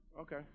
Okay